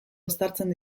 uztartzen